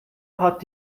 hat